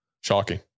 shocking